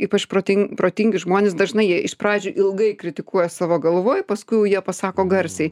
ypač protin protingi žmonės dažnai jie iš pradžių ilgai kritikuoja savo galvoj paskui jau jie pasako garsiai